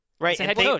Right